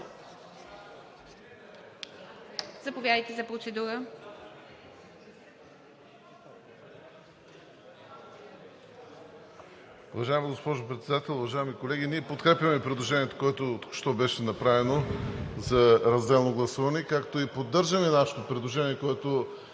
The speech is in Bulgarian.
Заповядайте за процедура.